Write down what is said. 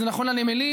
וזה נכון לנמלים,